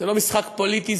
זה לא משחק פוליטי,